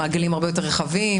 מעגלים הרבה יותר רחבים,